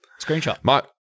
screenshot